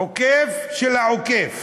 עוקף של העוקף.